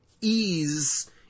ease